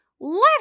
let